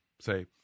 say